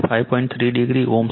3 degree Ω છે